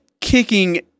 kicking